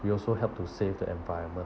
we also help to save the environment